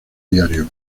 diario